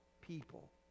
people